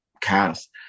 cast